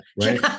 right